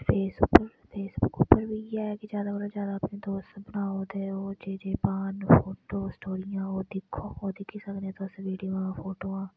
Facebook Facebook उप्पर बी जैदा इ'यै कि जैदा कोला जैदा अपने दोस्त बनाओ ते ओह् जेह्ड़े पान फोटो स्टोरियां ओह् दिक्खो ओह् दिक्खी सकने तुस वीडियो आं फोटोआं